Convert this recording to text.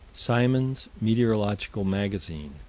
symons' meteorological magazine,